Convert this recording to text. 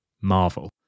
marvel